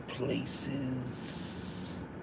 places